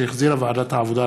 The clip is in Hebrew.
שהחזירה ועדת העבודה,